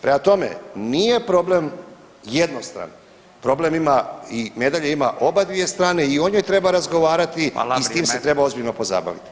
Prema tome, nije problem jednostran problem ima i medalja ima obadvije strane i o njoj treba razgovarat [[Upadica: Hvala, vrijeme.]] i s tim se treba ozbiljno pozabaviti.